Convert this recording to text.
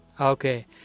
Okay